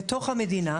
בתוך המדינה,